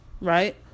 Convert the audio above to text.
Right